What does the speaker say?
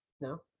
No